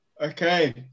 okay